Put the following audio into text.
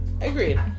Agreed